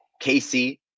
Casey